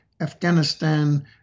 Afghanistan